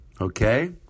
Okay